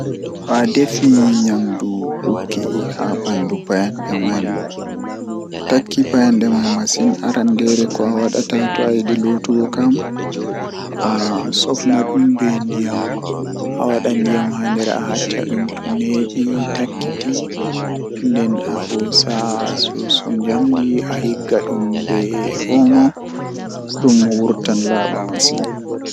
So a yi'i ndiyam, to mi yetti a yi'ude ngari e ɗum waɗi go'oto, ko honde teeltaa woni. A ɗaɓɓiti pan e reɓe to ɓe taƴi ko duuɓi e walla sɛddu walla ɗiɗi ɗoo laɓɓi duuɓi. Kadi duuɓi don, a waɗa teeltaa, e tawa a waddi e wone e jam. Ko ƴeewde, a waawa jooɗude ɗum kadi moftaa kala, suɓo hala ton hite sago miiji ko gootegol?